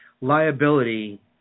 liability